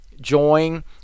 join